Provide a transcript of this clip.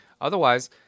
otherwise